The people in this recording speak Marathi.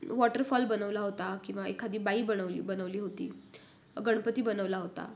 वॉटरफॉल बनवला होता किंवा एखादी बाई बनवली बनवली होती गणपती बनवला होता